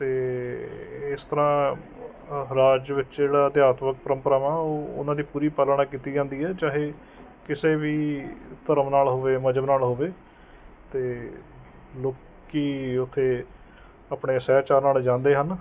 ਅਤੇ ਇਸ ਤਰ੍ਹਾਂ ਰਾਜ ਵਿੱਚ ਜਿਹੜਾ ਅਧਿਆਤਮਿਕ ਪਰੰਪਰਾਵਾਂ ਉਹ ਉਹਨਾਂ ਦੀ ਪੂਰੀ ਪਾਲਣਾ ਕੀਤੀ ਜਾਂਦੀ ਹੈ ਚਾਹੇ ਕਿਸੇ ਵੀ ਧਰਮ ਨਾਲ ਹੋਵੇ ਮਜ਼੍ਹਬ ਨਾਲ ਹੋਵੇ ਅਤੇ ਲੋਕ ਉੱਥੇ ਆਪਣੇ ਸਹਿਚਾਰ ਨਾਲ ਜਾਂਦੇ ਹਨ